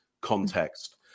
context